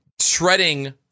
shredding